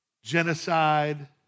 genocide